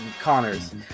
Connors